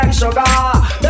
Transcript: sugar